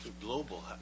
Global